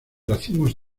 racimos